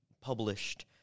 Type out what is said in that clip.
published